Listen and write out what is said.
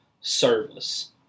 service